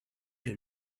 que